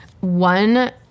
One